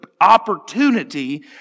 opportunity